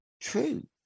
True